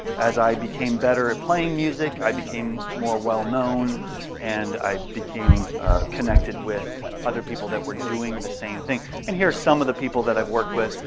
as i became better at playing music i became more well-known and i became connected with other people that were doing the same thing. and here are some of the people i have worked with,